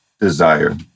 desire